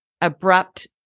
abrupt